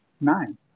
Nine